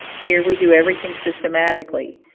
here we do everything systematically.